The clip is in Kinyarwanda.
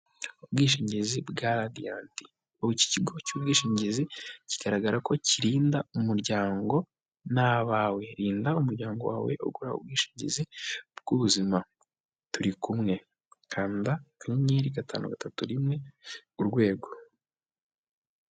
Ubwishingizi bwa RADIANT, ubu iki kigo cy'ubwishingizi kigaragara ko kirinda umuryango na n'abawe, rinda umuryango wawe ugura ubwishingizi bw'ubuzima, turi kumwe kanda akanyenyeri gatanu, gatatu, rimwe, urwego.